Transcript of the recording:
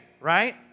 right